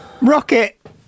rocket